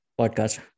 podcast